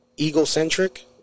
egocentric